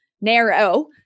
narrow